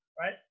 right